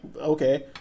okay